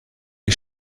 les